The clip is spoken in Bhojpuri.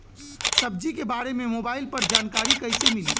सब्जी के बारे मे मोबाइल पर जानकारी कईसे मिली?